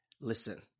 Listen